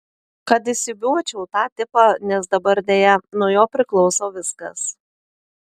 kad įsiūbuočiau tą tipą nes dabar deja nuo jo priklauso viskas